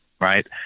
right